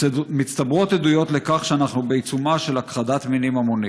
מצטברות עדויות לכך שאנחנו בעיצומה של הכחדת מינים המונית.